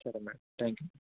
సరే madam thank you